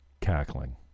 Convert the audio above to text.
cackling